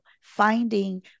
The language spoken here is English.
finding